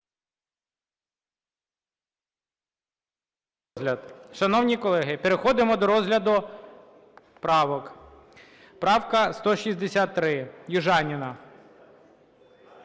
Шановні колеги, переходимо до розгляду правок. Правка 163, Южаніна.